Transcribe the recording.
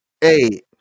hey